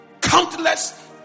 countless